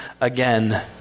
again